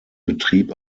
betrieb